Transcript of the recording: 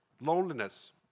Loneliness